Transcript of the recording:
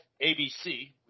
ABC